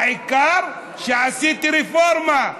העיקר שעשיתי רפורמה.